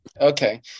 Okay